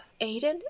Aiden